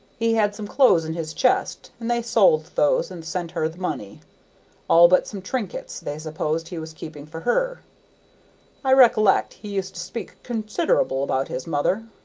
he had some clothes in his chest, and they sold those and sent her the money all but some trinkets they supposed he was keeping for her i rec'lect he used to speak consider'ble about his mother.